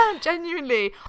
genuinely